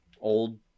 old